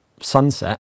sunset